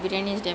ya